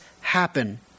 happen